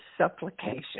supplication